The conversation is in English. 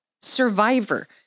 survivor